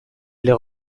les